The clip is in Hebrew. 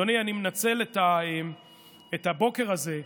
אדוני, אני מנצל את הבוקר הזה,